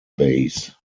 base